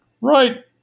Right